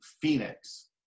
Phoenix